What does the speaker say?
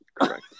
correct